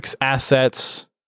assets